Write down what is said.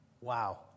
Wow